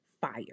fire